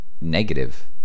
negative